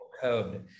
code